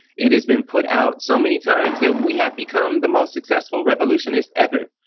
it has been put out so many times that we have become the most successful revolutionist ever.